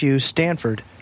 Stanford